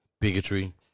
bigotry